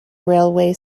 railway